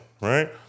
right